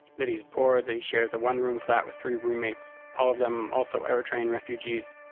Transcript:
that he's poor. that he shares a one-room flat with three roommates all of them also eritrean refugees.